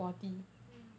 mm